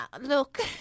look